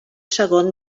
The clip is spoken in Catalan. segon